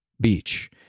beach